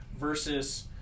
versus